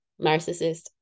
narcissist